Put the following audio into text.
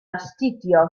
astudio